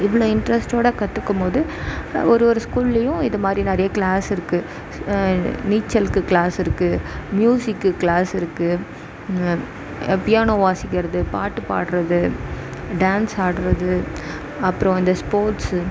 இவ்வளோ இன்ட்ரெஸ்ட்டோடு கற்றுக்கும் போது ஒரு ஒரு ஸ்கூல்லேயும் இதுமாதிரி நிறைய க்ளாஸ் இருக்குது நீச்சலுக்கு க்ளாஸ் இருக்குது மியூசிக்கு க்ளாஸ் இருக்குது பியானோ வாசிக்கறது பாட்டுப்பாடுறது டான்ஸ் ஆடுறது அப்றம் இந்த ஸ்போட்ஸு